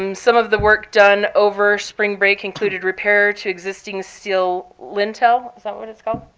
um some of the work done over spring break included repair to existing steel lintel is that what it's called?